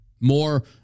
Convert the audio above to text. More